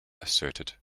asserted